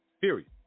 Period